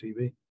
TV